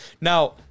Now